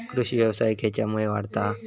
कृषीव्यवसाय खेच्यामुळे वाढता हा?